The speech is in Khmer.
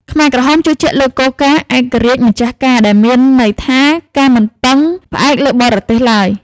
ខ្មែរក្រហមជឿជាក់លើគោលការណ៍ «ឯករាជ្យ ម្ចាស់ការ» ដែលមានន័យថាការមិនពឹងផ្អែកលើបរទេសឡើយ។